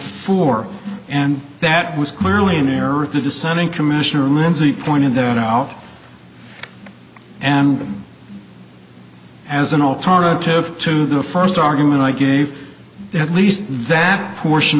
four and that was clearly an error of the dissenting commissioner lindsey pointed that out and as an alternative to the first argument i gave at least that portion